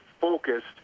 focused